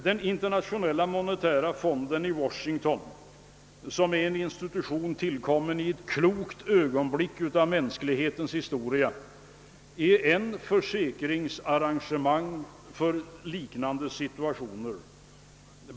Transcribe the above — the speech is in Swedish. Den internationella monetära fonden i Washington, som är en institution tillkommen i ett klokt ögonblick i mänsklighetens historia, är ett försäkringsarragemang för situationer av detta slag.